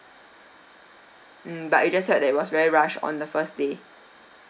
mm but you just felt that it was very rush on the first day